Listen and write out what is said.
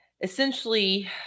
essentially